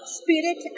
spirit